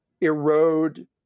erode